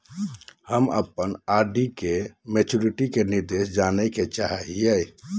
हम अप्पन आर.डी के मैचुरीटी के निर्देश जाने के चाहो हिअइ